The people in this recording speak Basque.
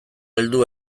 heldu